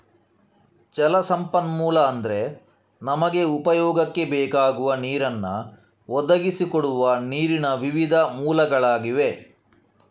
ಜಲ ಸಂಪನ್ಮೂಲ ಅಂದ್ರೆ ನಮಗೆ ಉಪಯೋಗಕ್ಕೆ ಬೇಕಾಗುವ ನೀರನ್ನ ಒದಗಿಸಿ ಕೊಡುವ ನೀರಿನ ವಿವಿಧ ಮೂಲಗಳಾಗಿವೆ